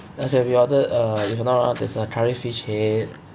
okay we ordered uh if not wrong there's a curry fish head